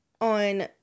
on